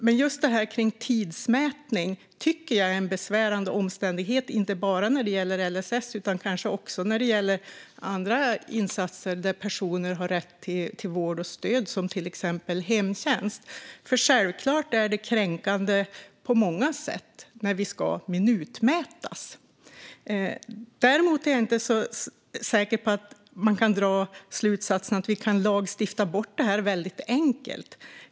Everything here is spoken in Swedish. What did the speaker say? Men just detta med tidsmätning tycker jag är en besvärande omständighet, inte bara när det gäller LSS utan kanske också när det gäller andra insatser där personer har rätt till vård och stöd, exempelvis hemtjänst. Självklart är det kränkande på många sätt när människor ska minutmätas. Däremot är jag inte så säker på att man kan dra slutsatsen att vi kan lagstifta bort detta väldigt enkelt.